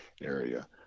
area